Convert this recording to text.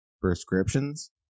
prescriptions